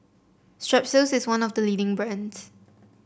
Strepsils is one of the leading brands